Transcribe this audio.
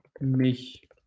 mich